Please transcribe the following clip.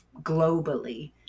globally